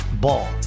Ball